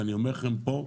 ואני אומר לכם פה,